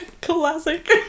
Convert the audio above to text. Classic